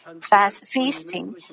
fast-feasting